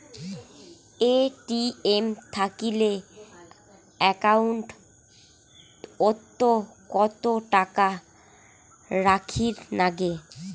ATM থাকিলে account ওত কত টাকা রাখীর নাগে?